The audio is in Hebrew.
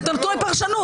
זה נתון לפרשנות.